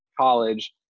college